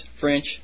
French